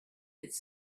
its